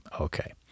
Okay